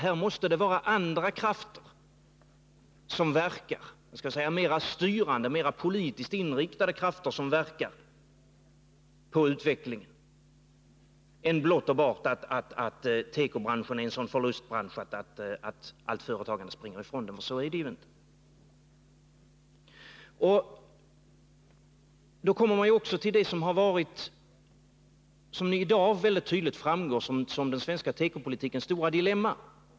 Här måste det vara andra, mera styrande och politiskt inriktade krafter som verkar på utvecklingen. Det är inte så att tekobranschen är en sådan förlustbransch att allt företagande springer ifrån den. Då kommer jag till det som i dag tydligt framstår som den svenska tekopolitikens stora dilemma.